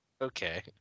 okay